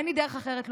אין לי דרך אחרת לומר.